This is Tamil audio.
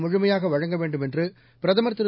முழுமையாக வழங்க வேண்டும் என்று பிரதமர் திரு